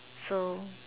so